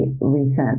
recent